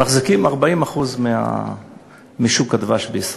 מחזיקים 40% משוק הדבש בישראל.